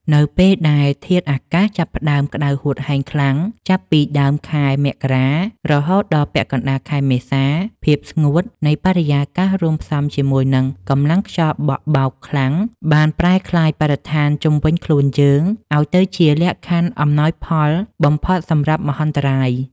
នៅពេលដែលធាតុអាកាសចាប់ផ្ដើមក្ដៅហួតហែងខ្លាំង ចាប់ពីដើមខែមករា រហូតដល់ពាក់កណ្ដាលខែមេសា ភាពស្ងួតនៃបរិយាកាសរួមផ្សំជាមួយនឹងកម្លាំងខ្យល់បក់បោកខ្លាំង បានប្រែក្លាយបរិស្ថានជុំវិញខ្លួនយើងឱ្យទៅជាលក្ខខណ្ឌអំណោយផលបំផុតសម្រាប់មហន្តរាយ។